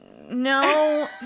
No